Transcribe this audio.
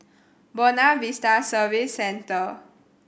Buona Vista Service Centre